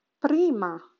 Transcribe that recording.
prima